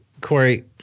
Corey